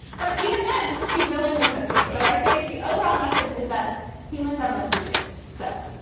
but even then, she willingly took them. so i think the overall message is that humans are mostly good. so.